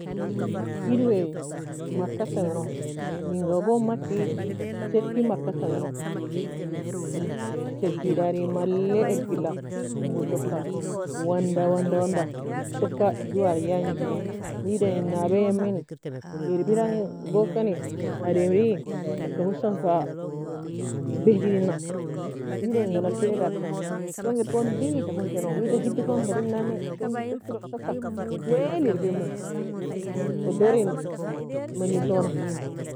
Ede wae markata meno menga markei keno sarkey markata meno. En sakey darie malie erky la en godo ka wanda wanda soka joo a gangie kenoda in nabaie yameny arbaire dango kanie ademre taka hussan fa behdelina, wida enga naffira dag keno shongirl kon deagid ta kon keno wida ter hido tone shongir ka ekir eka wael lerbaier ken komou. Oudor en many eltona